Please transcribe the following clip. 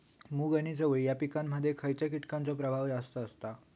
मूग आणि चवळी या पिकांमध्ये खैयच्या कीटकांचो प्रभाव जास्त असता?